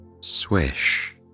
swish